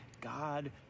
God